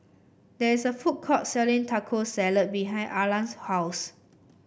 there is a food court selling Taco Salad behind Arlan's house